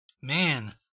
Man